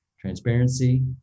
transparency